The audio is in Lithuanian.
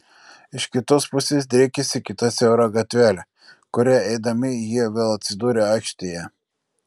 iš kitos pusės driekėsi kita siaura gatvelė kuria eidami jie vėl atsidūrė aikštėje